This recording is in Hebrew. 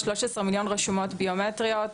13 מיליון רשומות ביומטריות